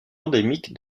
endémique